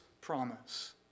promise